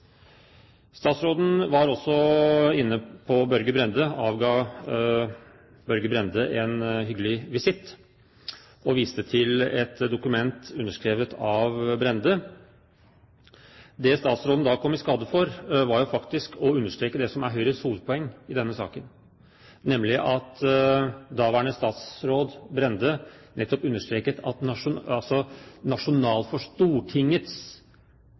Statsråden var også inne på Børge Brende – avla Børge Brende en hyggelig visitt – og viste til et dokument underskrevet av Brende. Det statsråden da kom i skade for, var å understreke det som faktisk er Høyres hovedpoeng i denne saken, nemlig at daværende statsråd Brende nettopp understreket at Stortingets nasjonale politikk skulle legges til grunn for